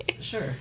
Sure